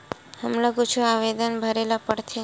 हमला कुछु आवेदन भरेला पढ़थे?